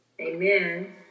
Amen